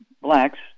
blacks